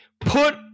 put